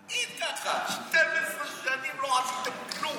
תגיד: אתם לא עשיתם כלום.